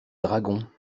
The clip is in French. dragons